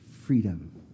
freedom